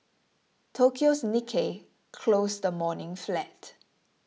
Tokyo's Nikkei closed the morning flat